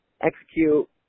execute